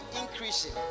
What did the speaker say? increasing